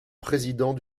président